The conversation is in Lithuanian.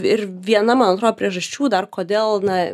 ir viena man atrodo priežasčių dar kodėl na